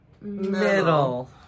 middle